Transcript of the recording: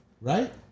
right